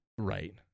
Right